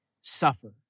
suffer